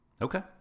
Okay